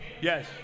Yes